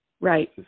Right